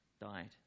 died